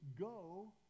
go